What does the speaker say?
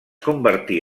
convertí